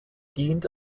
dient